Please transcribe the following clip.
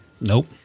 Nope